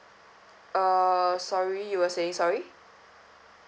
uh sorry you were saying sorry